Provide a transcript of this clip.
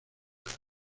los